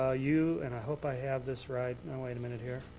ah you and i hope i have this right no, wait a minute here.